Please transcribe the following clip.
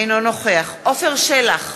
אינו נוכח עפר שלח,